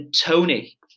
Tony